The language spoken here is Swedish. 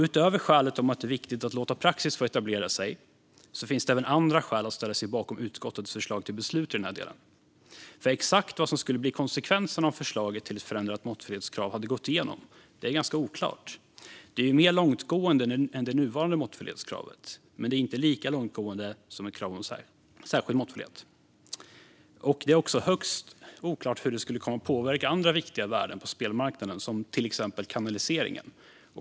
Utöver skälet att det är viktigt att låta praxis få etablera sig finns det även andra skäl att ställa sig bakom utskottets förslag till beslut i den här delen. Exakt vad som skulle bli konsekvenserna om förslaget till ett förändrat måttfullhetskrav hade gått igenom är ganska oklart. Det är mer långtgående än det nuvarande måttfullhetskravet, men det är inte lika långtgående som kravet på särskild måttfullhet. Det är också högst oklart hur det skulle komma att påverka andra viktiga värden på spelmarknaden, till exempel kanaliseringen.